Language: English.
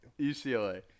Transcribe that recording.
UCLA